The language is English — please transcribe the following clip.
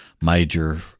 major